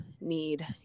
need